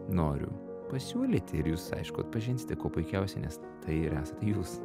noriu pasiūlyti ir jūs aišku atpažinsite kuo puikiausiai nes tai ir esate jūs